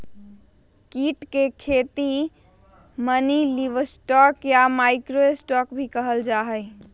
कीट के खेती के मिनीलिवस्टॉक या माइक्रो स्टॉक भी कहल जाहई